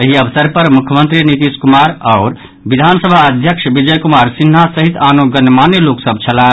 एहि अवसर पर मुख्यमंत्री नीतीश कुमार आओर विधानसभा अध्यक्ष विजय कुमार सिन्हा सहित आनो गणमान्य लोक सभ छलाह